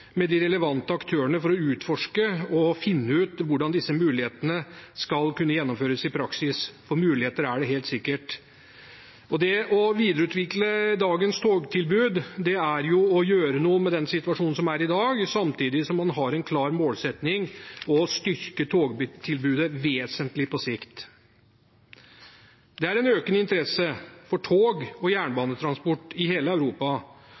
med de relevante aktørene for å utforske og finne ut hvordan disse mulighetene skal kunne gjennomføres i praksis, for muligheter er det helt sikkert. Det å videreutvikle dagens togtilbud er å gjøre noe med den situasjonen som er i dag, samtidig som man har en klar målsetting om å styrke togtilbudet vesentlig på sikt. Det er en økende interesse for tog og jernbanetransport i hele Europa,